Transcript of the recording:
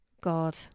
god